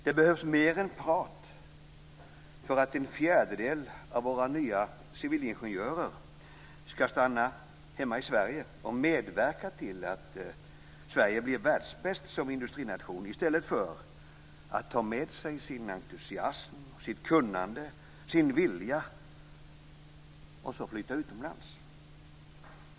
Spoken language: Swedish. Det behövs mer än prat för att en fjärdedel av våra nya civilingenjörer skall stanna hemma i Sverige och medverka till att Sverige blir världsbäst som industrination i stället för att ta med sin entusiasm, sitt kunnande och sin vilja och flytta utomlands.